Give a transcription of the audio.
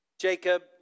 Jacob